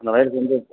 வயிறுக்கு வந்து